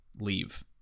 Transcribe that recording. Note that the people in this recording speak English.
leave